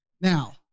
now